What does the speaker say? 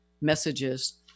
messages